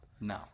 No